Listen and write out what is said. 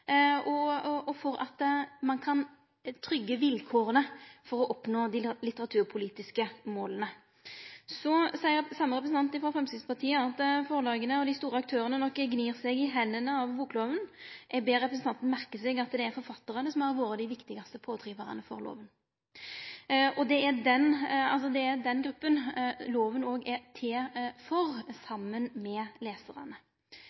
forfattarane treng, og for at ein kan trygge vilkåra for å oppnå dei litteraturpolitiske måla. Så seier same representant frå Framstegspartiet at forlaga og dei store aktørane nok gnir seg i hendene av bokloven. Eg ber representanten merke seg at det er forfattarane som har vore dei viktigaste pådrivarane for loven. Det er den gruppa loven òg er til for, saman med lesarane.